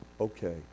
okay